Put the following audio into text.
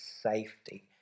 safety